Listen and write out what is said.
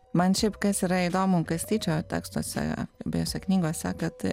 man šiaip kas yra įdomu kastyčio tekstuose abiejose knygose kad